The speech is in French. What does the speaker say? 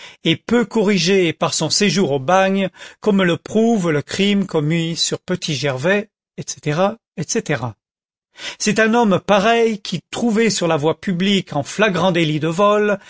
et peu corrigé par son séjour au bagne comme le prouve le crime commis sur petit gervais etc etc c'est un homme pareil qui trouvé sur la voie publique en flagrant délit de vol